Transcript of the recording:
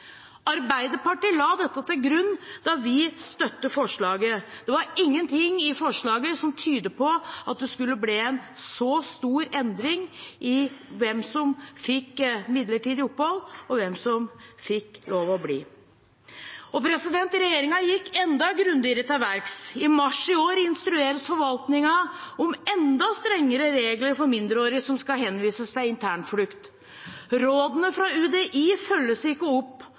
Arbeiderpartiet la dette til grunn da vi støttet forslaget. Det var ingenting i forslaget som tydet på at det skulle bli en så stor endring i hvem som fikk midlertidig opphold og hvem som fikk lov å bli. Regjeringen gikk enda grundigere til verks. I mars i år instrueres forvaltningen om enda strengere regler for mindreårige som skal henvises til internflukt. Rådene fra UDI følges ikke opp,